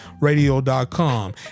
radio.com